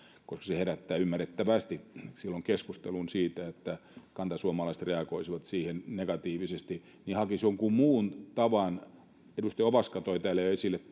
koska se herättää ymmärrettävästi silloin keskustelun siitä että kantasuomalaiset reagoisivat siihen negatiivisesti niin hakisi jonkun muun tavan edustaja ovaska toi tämän jo esille